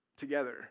together